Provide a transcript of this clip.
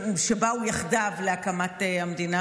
שבאו יחדיו להקמת המדינה.